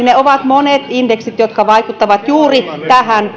ne ovat monet indeksit jotka juuri vaikuttavat tähän